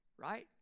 right